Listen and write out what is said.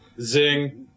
Zing